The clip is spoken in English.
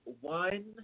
One